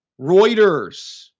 Reuters